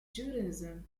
judaism